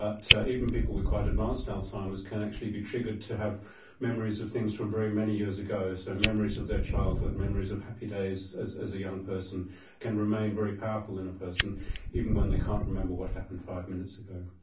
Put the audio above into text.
but even people with quite a modest alzheimer's can actually be triggered to have memories of things from very many years ago. so memories of their childhood, memories of happy days as as a young person can remain very powerful in a person even when they can't remember what happened five minutes ago.